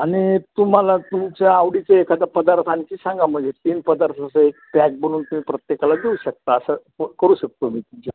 आणि तुम्हाला तुमच्या आवडीचे एखाद्या पदार्थांची सांगा म्हणजे तीन पदार्थ असं एक पॅक बनवून तुम्ही प्रत्येकाला देऊ शकता असं करू शकतो मी तुमच्या